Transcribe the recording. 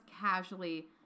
casually